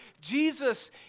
Jesus